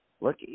look